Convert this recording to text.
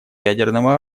ядерного